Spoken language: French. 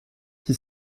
qui